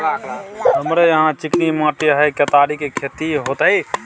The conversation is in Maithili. हमरा यहाँ चिकनी माटी हय केतारी के खेती होते?